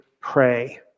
pray